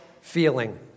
feeling